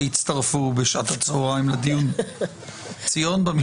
שהצטרפו בשעת הצוהריים לדיון "ציון במשפט תיפדה".